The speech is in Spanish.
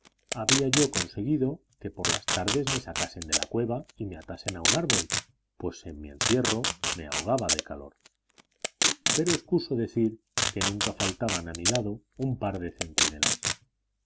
había yo conseguido que por las tardes me sacasen de la cueva y me atasen a un árbol pues en mi encierro me ahogaba de calor pero excuso decir que nunca faltaban a mi lado un par de centinelas